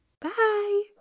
Bye